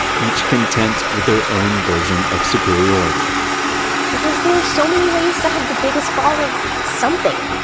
each content with their own version of superiority because there are so many ways to have the biggest ball of something,